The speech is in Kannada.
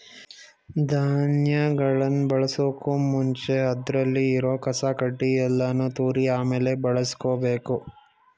ಧಾನ್ಯಗಳನ್ ಬಳಸೋಕು ಮುಂಚೆ ಅದ್ರಲ್ಲಿ ಇರೋ ಕಸ ಕಡ್ಡಿ ಯಲ್ಲಾನು ತೂರಿ ಆಮೇಲೆ ಬಳುಸ್ಕೊಬೇಕು